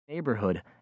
neighborhood